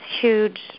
huge